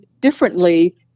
differently